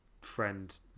friend